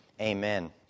Amen